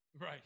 right